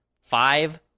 five